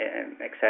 excited